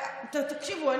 תקשיבו,